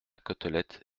côtelette